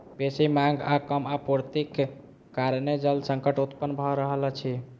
बेसी मांग आ कम आपूर्तिक कारणेँ जल संकट उत्पन्न भ रहल अछि